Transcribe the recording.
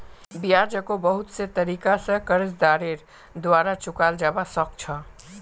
ब्याजको बहुत से तरीका स कर्जदारेर द्वारा चुकाल जबा सक छ